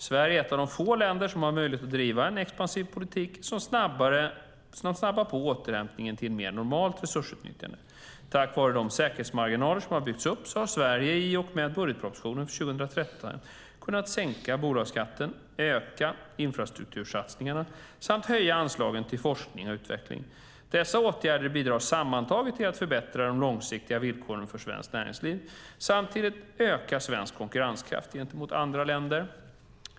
Sverige är ett av få länder som har möjlighet att driva en expansiv politik som snabbar på återhämtningen till ett mer normalt resursutnyttjande. Tack vare de säkerhetsmarginaler som har byggts upp har Sverige i och med budgetpropositionen för 2013 kunnat sänka bolagsskatten, öka infrastruktursatsningarna samt höja anslagen till forskning och utveckling. Dessa åtgärder bidrar sammantaget till att förbättra de långsiktiga villkoren för svenskt näringsliv samt till att öka svensk konkurrenskraft gentemot andra länder.